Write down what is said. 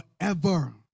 forever